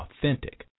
authentic